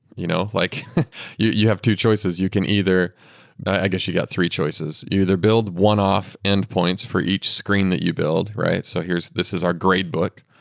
you know like you you have two choices you can either i guess you got three choices. either build one-off endpoints for each screen that you build, right? so this is our gradebook.